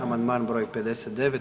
Amandman broj 59.